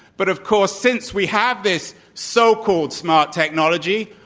but of course, since we have this so-called smart technology,